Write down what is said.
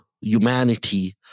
humanity